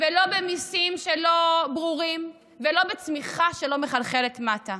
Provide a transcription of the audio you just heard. ולא במיסים לא ברורים ולא בצמיחה שלא מחלחלת מטה.